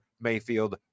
Mayfield